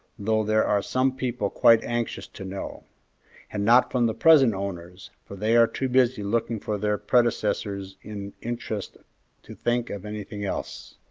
though there are some people quite anxious to know and not from the present owners, for they are too busy looking for their predecessors in interest to think of anything else.